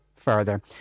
further